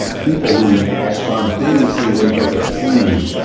people who spontaneously wake up at three,